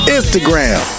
Instagram